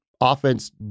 offense